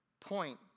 point